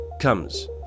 comes